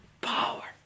power